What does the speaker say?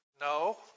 No